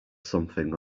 something